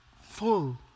full